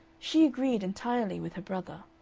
she agreed entirely with her brother.